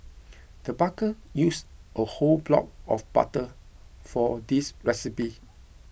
the baker used a whole block of butter for this recipe